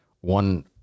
one